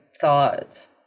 thoughts